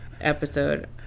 episode